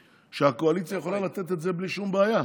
שהאופוזיציה יכולה לתת בלי שום בעיה.